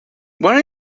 were